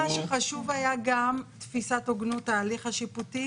מה שחשוב היה גם תפיסת הוגנות ההליך השיפוטי